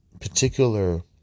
particular